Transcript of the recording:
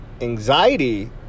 Anxiety